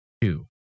two